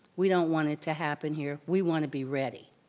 we don't want it to happen here. we wanna be ready,